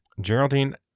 Geraldine